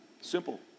Simple